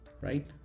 right